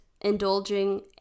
indulging